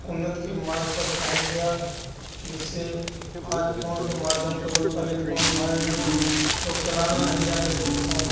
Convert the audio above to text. उन्नत के मार्ग पर पहुँच गया जिससे आज फोन के माध्यम से वो पहले फोन था ही नहीं लोग चलाने नहीं जानते थे फोन